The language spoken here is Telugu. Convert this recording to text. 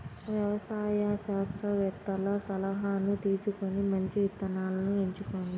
వ్యవసాయ శాస్త్రవేత్తల సలాహాను తీసుకొని మంచి విత్తనాలను ఎంచుకోండి